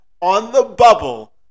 on-the-bubble